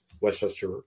Westchester